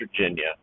Virginia